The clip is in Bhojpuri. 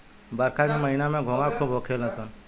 बरखा के महिना में घोंघा खूब होखेल सन